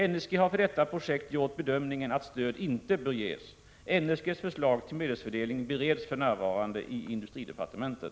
NSG har för detta projekt gjort bedömningen att stöd inte bör ges. NSG:s förslag till medelsfördelning bereds för närvarande i industridepartementet.